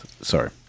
Sorry